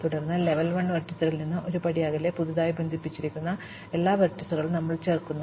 തുടർന്ന് ലെവൽ 1 വെർട്ടീസുകളിൽ നിന്ന് ഒരു പടി അകലെ പുതുതായി ബന്ധിപ്പിച്ചിരിക്കുന്ന എല്ലാ വെർട്ടീസുകളും ഞങ്ങൾ ചോർത്തുന്നു